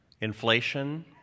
inflation